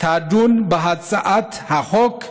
תדון בהצעת החוק האמורה.